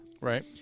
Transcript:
Right